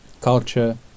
culture